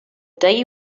day